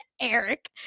eric